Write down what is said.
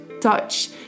touch